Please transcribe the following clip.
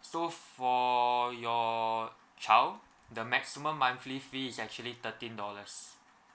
so for your child the maximum monthly fee is actually thirteen dollars